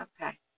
Okay